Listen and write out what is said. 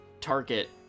target